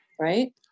right